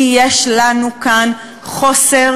כי יש לנו כאן חוסר